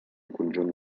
conjunt